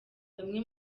bamwe